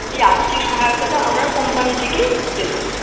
এই আর্থিক সহায়তাটা আমরা কোম্পানি থেকেই দেবো